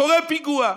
קורה פיגוע.